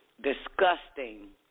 disgusting